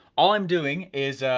all i'm doing is,